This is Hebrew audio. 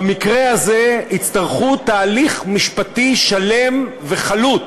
במקרה הזה יצטרכו תהליך משפטי שלם וחלוט,